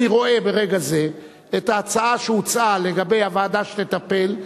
אני רואה ברגע זה את ההצעה שהוצעה לגבי הוועדה שתטפל,